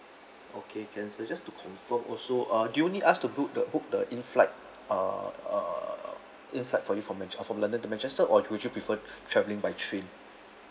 okay can so just to confirm also uh do you need us to book the book the in flight uh uh in flight for you from manches~ uh from london to manchester or would preferred traveling by train